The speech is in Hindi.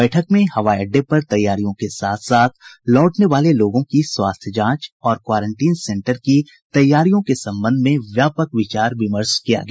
बैठक में हवाई अड्डे पर तैयारियों के साथ साथ लौटने वाले लोगों की स्वास्थ्य जांच और क्वारेंटीन सेन्टर की तैयारियों के संबंध में व्यापक विचार विमर्श किया गया